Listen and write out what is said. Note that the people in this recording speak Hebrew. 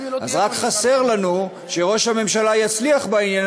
אז רק חסר לנו שראש הממשלה יצליח בעניין